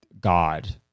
God